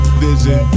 vision